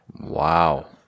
Wow